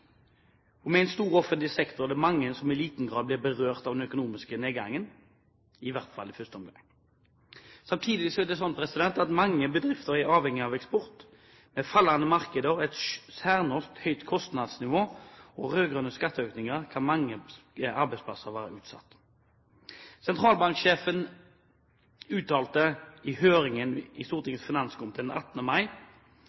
Med en stor offentlig sektor er det mange som i liten grad blir berørt av den økonomiske nedgangen – i hvert fall i første omgang. Samtidig er mange bedrifter avhengig av eksport. Med fallende markeder, et særnorsk høyt kostnadsnivå og rød-grønne skatteøkninger kan mange arbeidsplasser være utsatt. Sentralbanksjefen uttalte i høringen